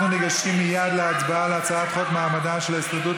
אנחנו ניגשים מייד להצבעה על הצעת חוק מעמדן של ההסתדרות